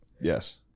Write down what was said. Yes